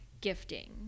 gifting